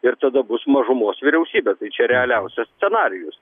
ir tada bus mažumos vyriausybė tai čia realiausias scenarijus